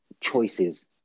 choices